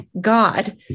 God